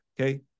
Okay